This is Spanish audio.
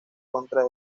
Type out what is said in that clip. contra